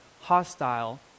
hostile